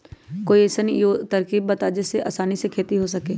कोई अइसन कोई तरकीब बा जेसे आसानी से खेती हो सके?